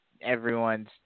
everyone's